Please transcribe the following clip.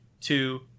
two